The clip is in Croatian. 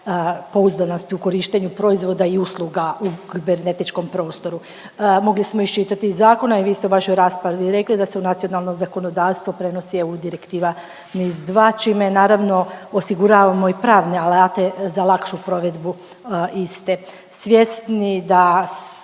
pouzdanosti u korištenju proizvoda i usluga u kibernetičkom prostoru. Mogli smo iščitati iz zakona, a i vi ste u vašoj raspravi rekli da se u nacionalno zakonodavstvo prenosi EU direktive NIS2 čime je naravno osiguravamo i pravne alate za lakšu provedbu iste. Svjesni da